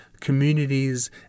communities